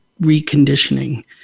reconditioning